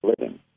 living